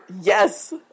Yes